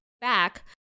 back